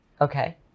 okay